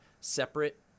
separate